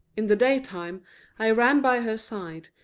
in the daytime i ran by her side,